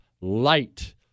light